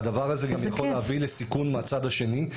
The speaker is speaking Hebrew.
הדבר הזה גם יכול להביא לסיכון מהצד השני,